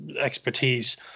expertise